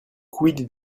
quid